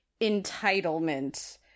entitlement